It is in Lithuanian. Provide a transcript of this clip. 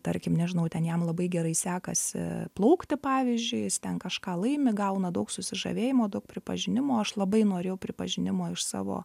tarkim nežinau ten jam labai gerai sekasi plaukti pavyzdžiui jis ten kažką laimi gauna daug susižavėjimo daug pripažinimo aš labai norėjau pripažinimo iš savo